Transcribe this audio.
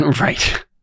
right